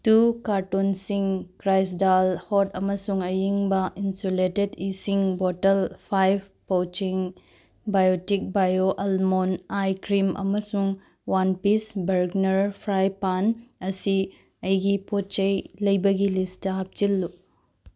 two ꯀꯥꯔꯇꯨꯟꯁꯤꯡ ꯀ꯭ꯔꯥꯏꯗꯥꯜ ꯍꯣꯠ ꯑꯃꯁꯨꯡ ꯑꯏꯪꯕ ꯏꯟꯁꯨꯂꯦꯇꯦꯠ ꯏꯁꯤꯡ ꯕꯣꯇꯜ ꯐꯥꯏꯚ ꯄꯣꯆꯤꯡ biotic bio almond ice cream ꯑꯃꯁꯨꯡ ꯋꯥꯟ ꯄꯤꯁ ꯕꯔꯒꯅꯔ ꯐ꯭ꯔꯥꯏ ꯄꯥꯟ ꯑꯁꯤ ꯑꯩꯒꯤ ꯄꯣꯠ ꯆꯩ ꯂꯩꯕꯒꯤ ꯂꯤꯁꯇ ꯍꯥꯞꯆꯤꯜꯂꯨ